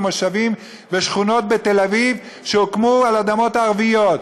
והמושבים ושכונות בתל-אביב שהוקמו על האדמות הערביות?